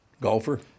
golfer